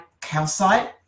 calcite